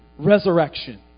Resurrection